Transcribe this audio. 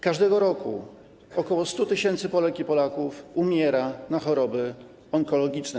Każdego roku ok. 100 tys. Polek i Polaków umiera na choroby onkologiczne.